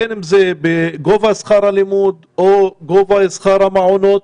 בין אם זה בגובה שכר הלימוד או בגובה שכר המעונות,